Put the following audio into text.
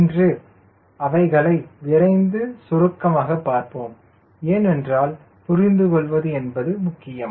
இன்று விரைந்து சுருக்கமாக பார்ப்போம் ஏனென்றால் புரிந்து கொள்வது என்பது முக்கியம்